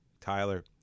Tyler